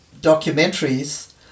documentaries